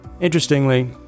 Interestingly